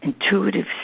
intuitive